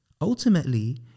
Ultimately